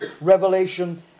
Revelation